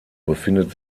befindet